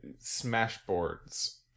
Smashboards